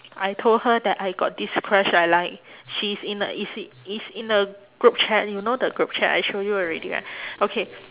I told her that I got this crush I like she's in a is i~ is in a group chat you know the group chat I show you already right okay